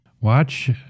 watch